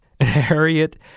Harriet